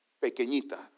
Pequeñita